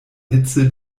hitze